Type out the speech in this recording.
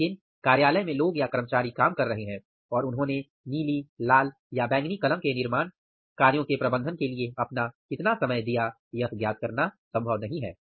लेकिन कार्यालय में लोग या कर्मचारी काम कर रहे हैं और उन्होंने नीली लाल या बैंगनी कलम के निर्माण कार्यों के प्रबंधन के लिए अपना कितना समय दिया यह ज्ञात करना संभव नहीं है